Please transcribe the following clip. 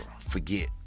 forget